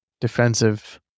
defensive